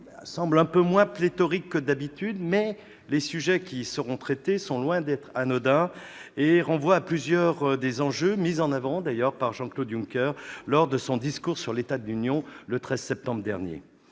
semble un peu moins pléthorique que d'habitude, mais les sujets qui seront abordés sont loin d'être anodins. Ils portent sur plusieurs des enjeux mis en avant par Jean-Claude Juncker dans son discours sur l'état de l'Union le 13 septembre dernier.